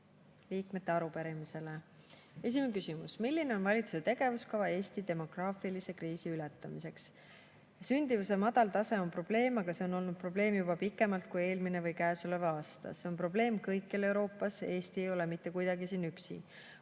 liikmete arupärimisele. Esimene küsimus: "Milline on valitsuse tegevuskava Eesti demograafilise kriisi ületamiseks?" Sündimuse madal tase on probleem, aga see on olnud probleem juba pikemalt kui eelmine või käesolev aasta. See on probleem kõikjal Euroopas, Eesti ei ole mitte kuidagi siin üksi.